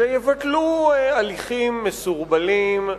שיבטלו הליכים מסורבלים,